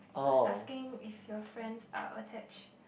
like asking if your friends are attached